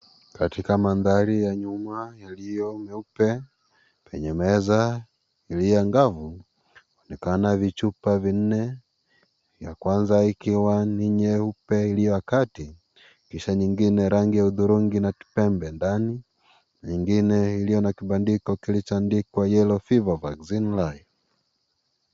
Katika mandhari ya nyuma yaliyo meupe kwenye meza iliyo angavu, inaonekana vichupa vinne, ya kwanza ikiwa ni nyeupe iliyo ya kati, kisha ingine ya rangi ya hudhurungi na tembe ndani, nyingin ikiwa na kibandiko kilichoandikwa Yellow fever vaccine live .